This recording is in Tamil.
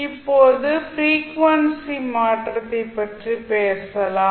இப்போது ஃப்ரீக்வன்சி மாற்றத்தைப் பற்றி பேசலாம்